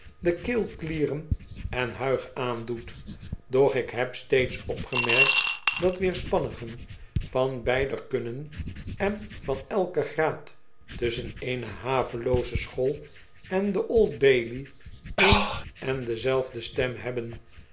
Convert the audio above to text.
de keelklieren en huig aandoet doch ik heb steeds opgemerkt dat weerspannigen van beider kunne en van eiken graad tusschen eene havelooze school en de old bailèy een en dezelfde stem hebben